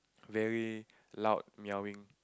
very loud meowing